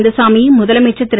கந்தசாமியும் முதலமைச்சர் திரு